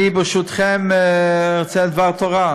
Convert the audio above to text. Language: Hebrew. אני, ברשותכם, רוצה דבר תורה.